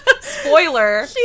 spoiler-